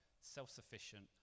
Self-sufficient